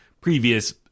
previous